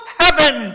heaven